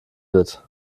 wird